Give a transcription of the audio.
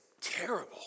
terrible